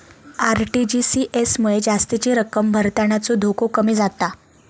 RTGS मुळे जास्तीची रक्कम भरतानाचो धोको कमी जाता